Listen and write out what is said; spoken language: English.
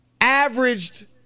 averaged